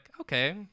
okay